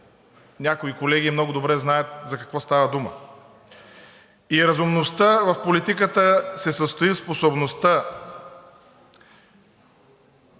Някои колеги много добре знаят за какво става дума. Разумността в политиката се състои в способността